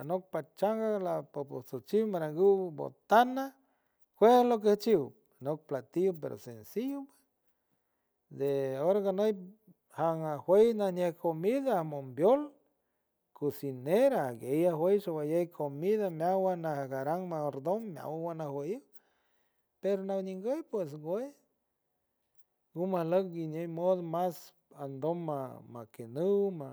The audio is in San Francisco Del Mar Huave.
anop pachanga la potosochin gui maranguy botana fue de le quechiw anop platillo pero sencillo de organganuy ja na jiew najñey comida amombea cocinera y ella guey shoayey comida meowan nejnajara mayordom meowan ajuich pero raninguy pues guoy guma leok guiñej mon más andoma makiennuw ma.